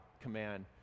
command